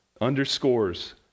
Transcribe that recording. underscores